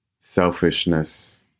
selfishness